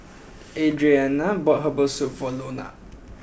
Adrianna bought Herbal Soup for Lona